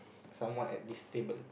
someone at this table